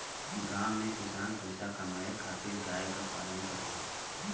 गांव में किसान पईसा कमाए खातिर गाय क पालन करेलन